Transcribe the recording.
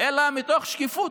אלא מתוך שקיפות.